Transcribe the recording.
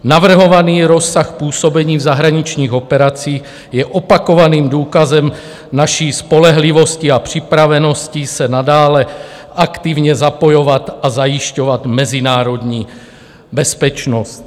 Navrhovaný rozsah působení v zahraničních operacích je opakovaným důkazem naší spolehlivosti a připravenosti se nadále aktivně zapojovat a zajišťovat mezinárodní bezpečnost.